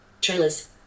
Trailers